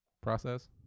process